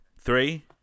Three